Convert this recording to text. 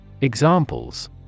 Examples